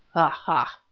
ah!